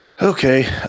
Okay